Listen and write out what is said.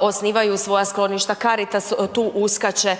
osnivaju svoja skloništa, Caritas tu uskače,